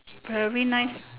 very nice